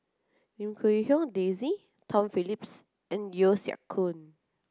Lim Quee Hong Daisy Tom Phillips and Yeo Siak Koon